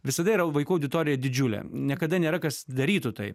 visada yra vaikų auditorija didžiulė niekada nėra kas darytų tai